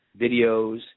videos